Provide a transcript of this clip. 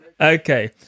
Okay